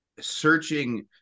searching